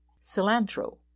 Cilantro